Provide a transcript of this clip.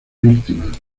víctimas